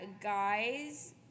guys